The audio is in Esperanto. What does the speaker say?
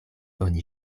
oni